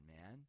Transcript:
man